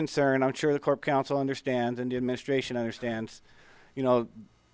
concern i'm sure the court counsel understand and the administration understands you know